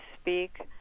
speak